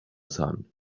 sun